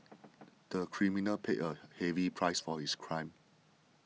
the criminal paid a heavy price for his crime